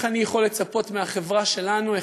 איך אני יכול לצפות מהחברה שלנו,